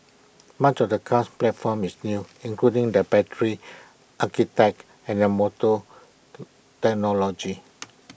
much of the car's platform is new including the battery architect and motor technology